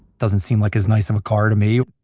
doesn't seem like as nice of a car to me.